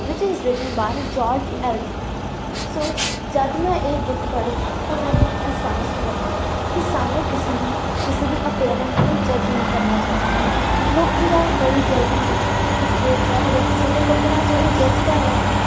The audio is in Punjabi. ਵਿੱਚ is written by George Eliot so ਜਦੋਂ ਮੈਂ ਇਹ ਬੁੱਕ ਪੜ੍ਹੀ ਤਾਂ ਮੈਨੂੰ ਅਹਿਸਾਸ ਹੋਇਆ ਕਿ ਸਾਨੂੰ ਕਿਸੇ ਨੂੰ ਕਿਸੇ ਦੀ ਅਪੀਅਰੈਂਸ ਤੋਂ ਜੱਜ ਨਹੀਂ ਕਰਨਾ ਚਾਹੀਦਾ ਲੋਕ ਤਾਂ ਬੜੀ ਜਲਦੀ ਹੀ ਕਿਸੇ ਦੇ ਚਿਹਰੇ ਕਿਸੇ ਦੇ ਕੱਪੜਿਆਂ ਤੋਂ ਇਹ ਜੱਜ ਕਰ ਲੈਂਦੇ ਹਨ